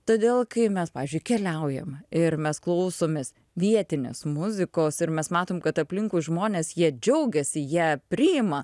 todėl kai mes pavyzdžiui keliaujam ir mes klausomės vietinės muzikos ir mes matom kad aplinkui žmonės jie džiaugiasi jie priima